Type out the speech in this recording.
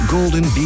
Golden